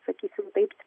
sakysim taip